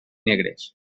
negres